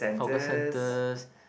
hawker centers